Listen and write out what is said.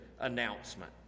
announcement